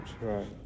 Right